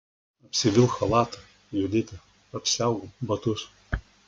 apsivilk chalatą judita apsiauk batus